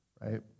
right